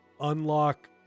unlock